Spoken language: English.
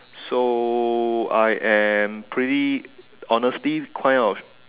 so I am pretty honestly kind of